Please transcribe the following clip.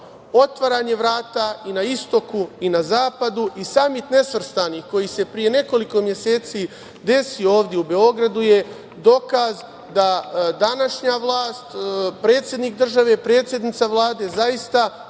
otvaranje vrata i na istoku i na zapadu. Samit nesvrstanih koji se pre nekoliko meseci desio ovde u Beogradu je dokaz da današnja vlast, predsednik države, predsednica Vlade zaista